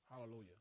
Hallelujah